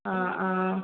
ആ ആ